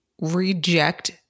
reject